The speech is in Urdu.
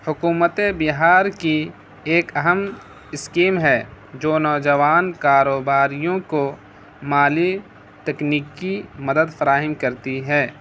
حکومت بہار کی ایک اہم اسکیم ہے جو نوجوان کاروباریوں کو مالی تکنیکی مدد فراہم کرتی ہے